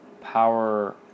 power